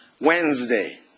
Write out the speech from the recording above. wednesday